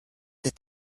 that